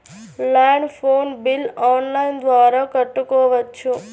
Land phone bill online ద్వారా కట్టుకోవచ్చు?